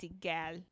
gal